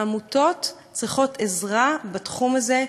והעמותות צריכות עזרה בתחום הזה.